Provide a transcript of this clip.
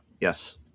Yes